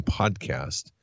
podcast